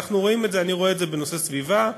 אני רואה את זה בנושא הסביבה.